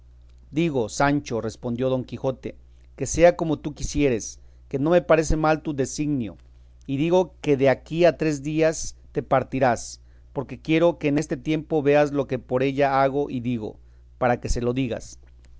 digo sancho respondió don quijote que sea como tú quisieres que no me parece mal tu designio y digo que de aquí a tres días te partirás porque quiero que en este tiempo veas lo que por ella hago y digo para que se lo digas